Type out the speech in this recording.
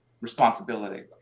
responsibility